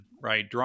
right